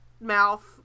mouth